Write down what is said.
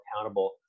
accountable